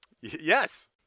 Yes